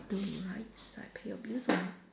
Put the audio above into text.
the right side pay your bills on~